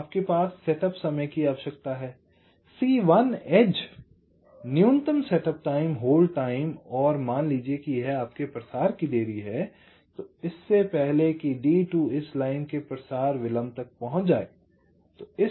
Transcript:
तो आपके पास सेटअप समय की आवश्यकता है C1 एज न्यूनतम सेटअप टाइम और होल्ड टाइम और मान लीजिए कि यह आपके प्रसार की देरी है इससे पहले कि D2 इस लाइन के प्रसार विलंब तक पहुंच जाए